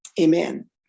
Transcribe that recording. Amen